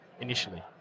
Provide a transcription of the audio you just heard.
initially